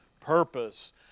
purpose